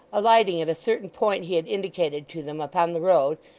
alighting at a certain point he had indicated to them upon the road,